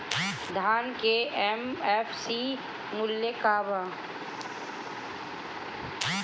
धान के एम.एफ.सी मूल्य का बा?